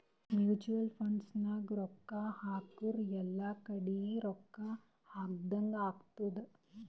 mutual fund ನಾಗ್ ರೊಕ್ಕಾ ಹಾಕುರ್ ಎಲ್ಲಾ ಕಡಿ ರೊಕ್ಕಾ ಹಾಕದಂಗ್ ಆತ್ತುದ್